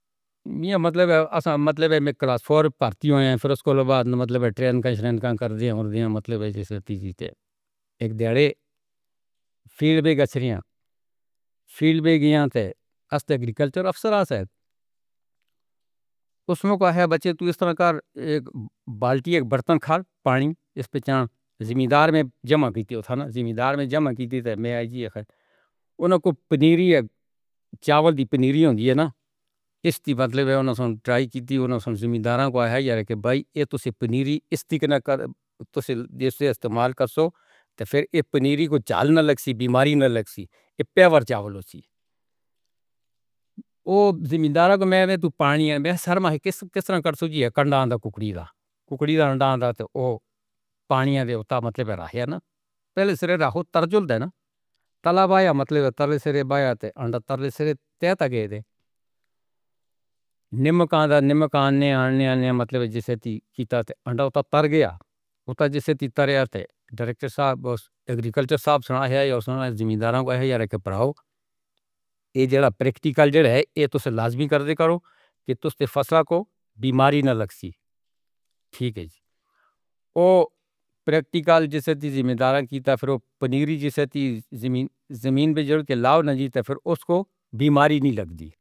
میں ہاں۔ مطلب اصل مطلب ہے میں کلاس فور بھارتی ہویا۔ پھر اس دے بعد نہ مطلب ٹرین دی شریں دا کر دتا۔ مطلب جیسے اک دھیان نال فیلڈ وچ چلی گئی تاں اٹیک ڈی کلچر افسر جیسے۔ اس وچ دے بچے تاں ایس طرح دا اک بالٹی برتن کھا۔ پانی اس تے چار زمینداراں نے جما کیتی سی۔ نہ زمیندار نے جما کیتی سی۔ میں اک۔ انہاں کوں پنیر۔ چاول۔ پنیر ہوندی اے نہ اسدی بدلے وچ انہاں توں ٹرائی کیتی سی۔ انہاں نے زمینداراں کوں ایتھے دے پنیر اس دکھ دا استعمال کر۔ تاں پھر ایہ پنیر کوں جل نہ لگی بیماری، نہ لگی ایہ وی چاول دی۔ او زمینداراں کوں۔ میں تاں پانی۔ میں شرما کس کس طرح کر چوزیا کنڈوم ککڑی۔ ککڑی دا انڈا تاں اوہ پانی دے اتار مطلب رہا۔ پہلے چہرے کوں ترازو وچ تلے والا مطلب تلے سرے والا تاں انڈا تلے۔ سرے کہندا اے تاں۔ نمبک آندا نمبک آن والا مطلب جیسے کہ کیتا انڈا اتار گیا اتا جیسے کہ طرح سن۔ ڈائریکٹر صاحب، ایگریکلچر صاحب، زمینداراں دے یاراں دے بھائیاں تے پراکٹیکل زیرہ اے، ایہ تاں لازمی کر دے کرو۔ تساں تاں فصل کوں بیماری نہ لگدی۔ ٹھیک اے جی، اوہ پراکٹیکل جیسے کہ ذمہ داری دی سی۔ پھر پنیر جیسے کہ زمین۔ زمین تے لاو نہ جی تاں پھر اس کوں بیماری نہیں لگدی۔